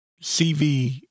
CV